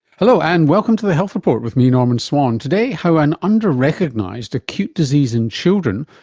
hello and welcome to the health report with me, norman swan. today, how an under-recognised acute disease in children,